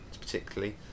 particularly